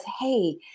hey